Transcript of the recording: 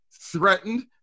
threatened